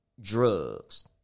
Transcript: drugs